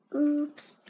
Oops